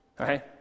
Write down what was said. Okay